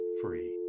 free